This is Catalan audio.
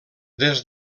des